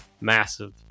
massive